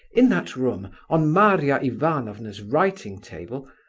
in that room, on maria ivanovna's writing-table,